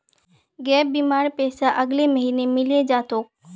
gap बीमार पैसा अगले महीने मिले जा तोक